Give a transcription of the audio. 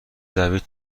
دوید